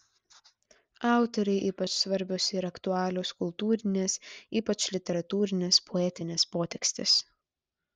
autorei ypač svarbios ir aktualios kultūrinės ypač literatūrinės poetinės potekstės